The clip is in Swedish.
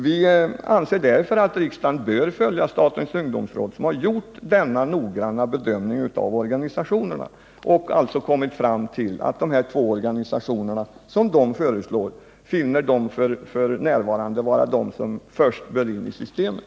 Vi anser att riksdagen bör följa förslaget från statens ungdomsråd, som gjort denna noggranna bedömning av organisationerna. Statens ungdomsråd har alltså kommit fram till att de två organisationer man föreslår är de som först bör komma in i systemet.